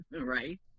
Right